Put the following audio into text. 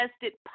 tested